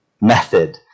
method